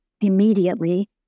immediately